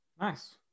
Nice